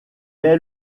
est